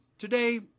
today